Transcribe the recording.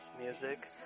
music